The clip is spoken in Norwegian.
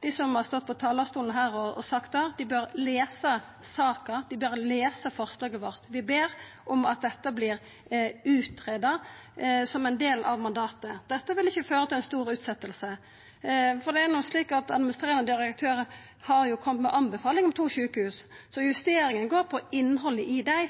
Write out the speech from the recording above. Dei som har stått på talarstolen her og sagt det, bør lesa saka, dei bør lesa forslaget vårt. Vi ber om at dette vert greidd ut som ein del av mandatet. Dette vil ikkje føra til ei stor utsetjing, for det er no slik at administrerande direktør har kome med ei anbefaling om to sjukehus. Justeringa går på innhaldet i dei,